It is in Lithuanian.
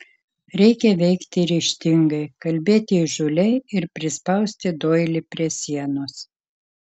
reikia veikti ryžtingai kalbėti įžūliai ir prispausti doilį prie sienos